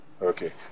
Okay